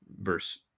verse